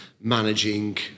managing